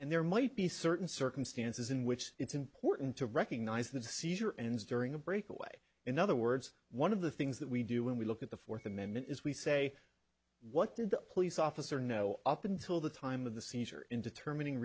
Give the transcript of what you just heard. and there might be certain circumstances in which it's important to recognize that the seizure ends during a break away in other words one of the things that we do when we look at the fourth amendment is we say what did the police officer know up until the time of the seizure in determining